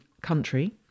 country